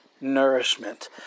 nourishment